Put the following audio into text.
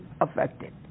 affected